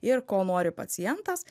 ir ko nori pacientas